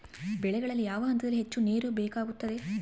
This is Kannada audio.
ಬೆಳೆಗಳಿಗೆ ಯಾವ ಹಂತದಲ್ಲಿ ಹೆಚ್ಚು ನೇರು ಬೇಕಾಗುತ್ತದೆ?